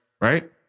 Right